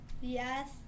Yes